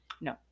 No